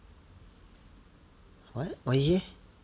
what what you say